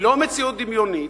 היא לא מציאות דמיונית.